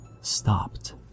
stopped